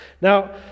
Now